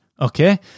Okay